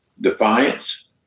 defiance